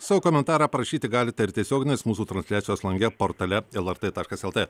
savo komentarą parašyti galite ir tiesioginės mūsų transliacijos lange portale lrt taškas lt